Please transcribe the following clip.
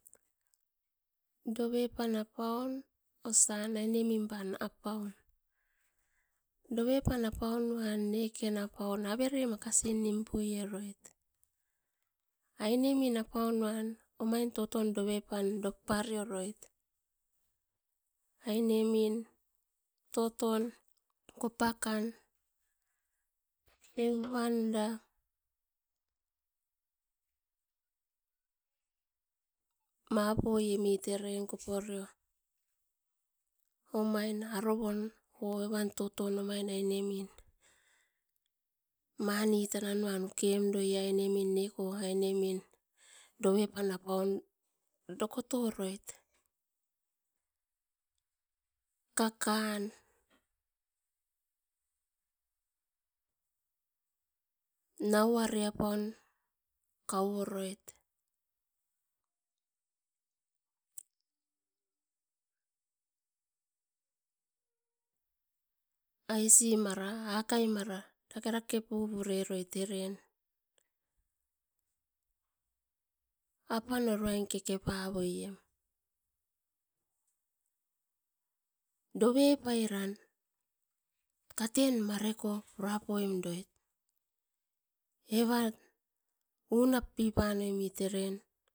Dovepan apaun osian ainemipan apaun dovepan apaunuan neken apaun avere makasi nimpuieroit ainemin apaunuam omain totom dovepan doparioroit ainemin toton kopakan evanda mapuemit eren koporio omain arovon oh evan ainemin toton ainemin manitanuan ukem doi ainemin neko ainemin dovepan apaun dokotoroit kakan nauarepan kaoroit aisi mara akai mara dakerake pipuroit eren apan uruan kekepavoiem dovepairan katen mareko purapemdoit evan unapipanoit eren